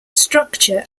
structure